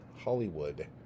Hollywood